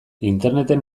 interneten